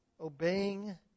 obeying